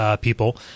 people